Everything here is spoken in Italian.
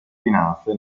finanze